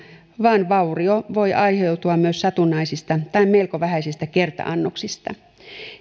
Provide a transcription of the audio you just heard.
vaan vaurio voi aiheutua myös satunnaisista tai melko vähäisistä kerta annoksista